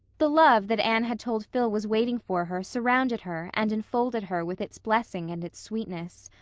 the love that anne had told phil was waiting for her surrounded her and enfolded her with its blessing and its sweetness.